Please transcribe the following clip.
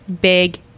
Big